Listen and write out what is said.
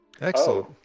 Excellent